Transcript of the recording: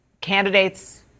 candidates